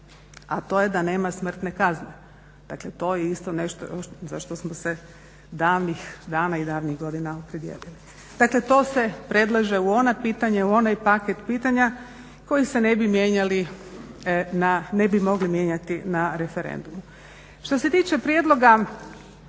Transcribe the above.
a to je da nema smrtne kazne. Dakle, to je isto nešto za što smo se davnih dana i davnih godina opredijelili. Dakle, to se predlaže u ona pitanja i u onaj paket pitanja koji se ne bi mijenjali na, ne bi mogli mijenjati na referendumu. Što se tiče prijedloga,